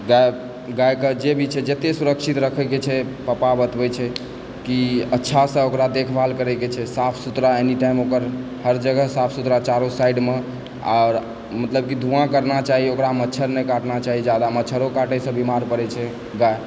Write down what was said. गैके जे भी छै जतय सुरक्षित रखयके छै पापा बतबय छै कि अच्छासँ ओकरा देखभाल करयके छै साफ सुथरा हर जगह साफ सुथरा चाही साइडमे आ मतलब की धुआँ करना चाही ओकरा मच्छर नहि काटना चाही जादा मच्छरों काटयसँ बीमार परैत छै तैं